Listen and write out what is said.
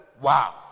Wow